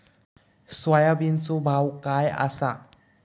सोयाबीनचो भाव काय आसा?